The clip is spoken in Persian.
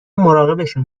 مراقبشون